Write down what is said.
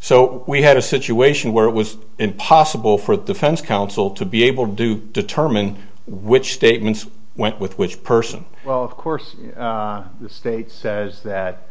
so we had a situation where it was impossible for the defense counsel to be able to do determine which statements went with which person well of course the state says that